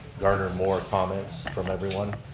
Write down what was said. garner more comments from everyone.